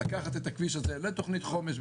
לקחת את הכביש הזה לתוכנית חומש,